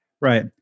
Right